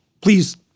Please